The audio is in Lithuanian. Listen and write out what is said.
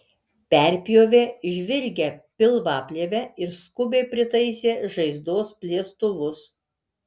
perpjovė žvilgią pilvaplėvę ir skubiai pritaisė žaizdos plėstuvus